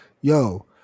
Yo